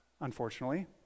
unfortunately